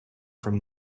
from